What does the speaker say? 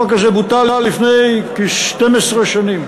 החוק הזה בוטל לפני כ-12 שנים,